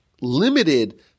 limited